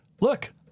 look